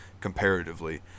comparatively